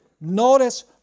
Notice